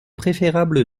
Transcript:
préférable